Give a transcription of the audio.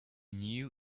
knew